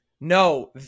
No